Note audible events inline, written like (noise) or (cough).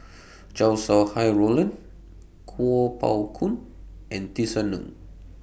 (noise) Chow Sau Hai Roland Kuo Pao Kun and Tisa Ng